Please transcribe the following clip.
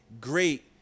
great